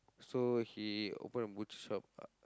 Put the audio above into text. so he open a butcher shop